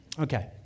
okay